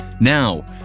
Now